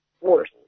Worse